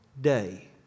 day